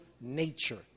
nature